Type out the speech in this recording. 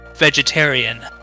vegetarian